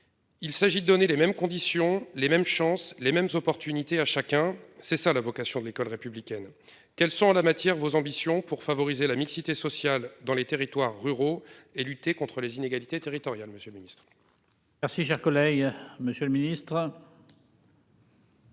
Il s'agit de donner les mêmes conditions les mêmes chances. Les mêmes opportunités à chacun. C'est ça la vocation de l'école républicaine qu'sont en la matière, vos ambitions pour favoriser la mixité sociale dans les territoires ruraux et lutter contre les inégalités territoriales. Monsieur le Ministre. Merci, cher collègue,